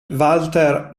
walter